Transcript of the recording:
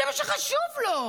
זה מה שחשוב לו.